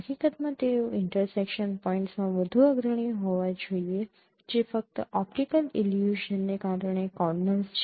હકીકતમાં તેઓ ઇન્ટરસેકશન પોઇન્ટ્સમાં વધુ અગ્રણી હોવા જોઈએ જે ફક્ત ઓપ્ટિકલ ઇલ્યુઝનને કારણે કોર્નર્સ છે